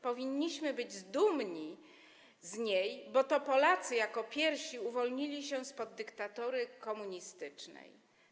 Powinniśmy być z niej dumni, bo to Polacy jako pierwsi uwolnili się spod dyktatury komunistycznej.